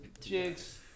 Jigs